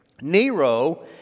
Nero